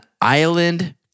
island